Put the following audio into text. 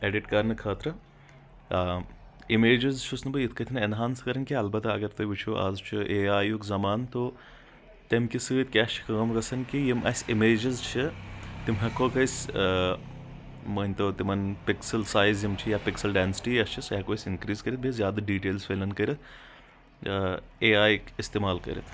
edit کرنہٕ خٲطرٕ اِمیجِس چھُس نہٕ بہٕ اِتھ کٲٹھۍ نہ اٮ۪نہانس کران کینٛہہ البتہ اگر تُہۍ وٕچھو آز چھُ اے آے یُک زمانہٕ تو تیٚمہِ کہِ سۭتۍ کیٛاہ چھ کٲم گژھان کہِ یِم اسہِ امیجِس چھِ تِم ہٮ۪کہٕ ووکھ أسۍ مٲنۍ تو تِمن پِکسل سایز یِم چھِ یا پِکسل ڈینسٹی یۄس چھِ سۄ ہٮ۪کو أسۍ اِنکریٖز کٔرتھ بیٚیہِ زیادٕ ڈیٖٹیلٕز فِل اِن کٔرتھ اے آے یِکۍ استعمال کٔرتھ